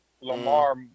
Lamar